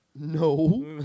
No